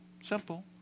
Simple